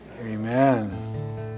amen